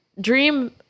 dream